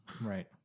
Right